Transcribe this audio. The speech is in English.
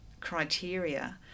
criteria